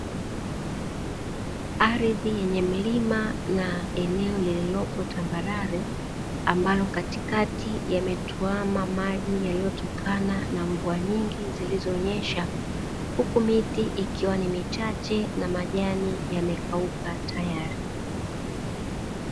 Ardhi yenye milima na eneo lililopotambarare ambalo, katikati yametwama maji yaliyotokana na mvua nyingi zilizonyesha, huku miti ikiwa ni michache na majani yamekauka tayari.